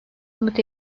umut